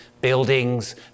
buildings